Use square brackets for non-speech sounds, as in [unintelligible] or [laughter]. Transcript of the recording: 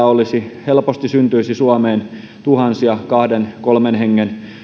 [unintelligible] olisi helposti syntyisi suomeen tuhansia kahden kolmen hengen